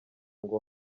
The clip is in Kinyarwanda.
ngo